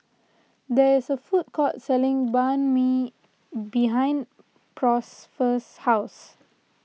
there is a food court selling Banh Mi behind Prosper's house